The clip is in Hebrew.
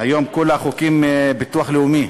היום כל החוקים של הביטוח הלאומי.